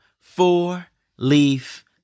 Four-Leaf